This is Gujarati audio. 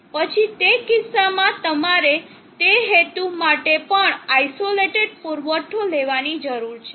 પછી તે કિસ્સામાં તમારે તે હેતુ માટે પણ આઇસોલેટેડ પુરવઠો લેવાની જરૂર છે